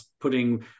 putting